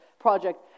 project